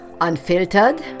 Unfiltered